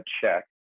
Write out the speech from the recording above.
check